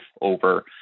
over